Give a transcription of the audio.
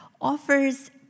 offers